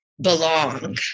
belong